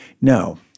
No